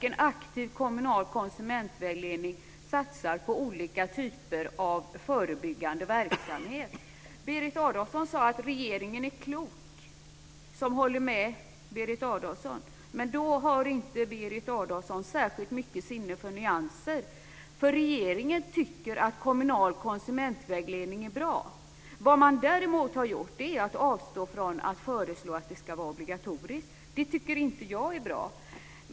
En aktiv kommunal konsumentvägledning satsar på olika typer av förebyggande verksamhet. Berit Adolfsson sade att regeringen är klok som håller med henne. Berit Adolfsson har inte särskilt mycket sinne för nyanser. Regeringen tycker att kommunal konsumentvägledning är bra. Vad man däremot har gjort är att man har avstått från att föreslå att det ska vara obligatoriskt. Det tycker jag inte är bra.